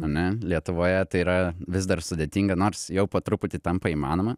ane lietuvoje tai yra vis dar sudėtinga nors jau po truputį tampa įmanoma